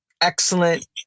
excellent